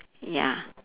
ya